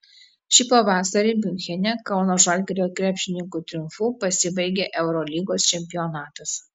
šį pavasarį miunchene kauno žalgirio krepšininkų triumfu pasibaigė eurolygos čempionatas